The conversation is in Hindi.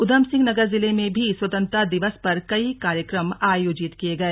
उधमसिंह नगर जिले में भी स्वतंत्रता दिवस पर कई कार्यक्रम आयोजित किये गए